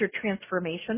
transformation